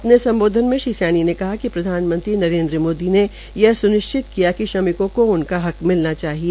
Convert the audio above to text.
अपने सम्बोधन में श्रीसैनी ने कहा कि प्रधानमंत्री नरेन्द्र मोदी ने यह स्निश्चित किया कि श्रमिकों को उनका हक मिलना चाहिए